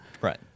Right